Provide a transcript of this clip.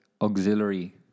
auxiliary